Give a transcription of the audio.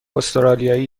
استرالیایی